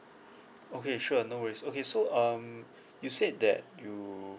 okay sure no worries okay so um you said that you